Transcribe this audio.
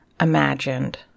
imagined